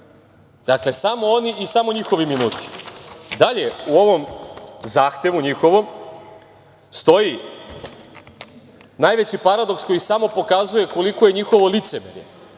Dakle, samo oni i samo njihovi minuti. Dalje, u ovom zahtevu njihovom stoji najveći paradoks koji samo pokazuje koliko je njihov licemerje,